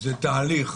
זה תהליך.